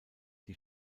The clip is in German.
die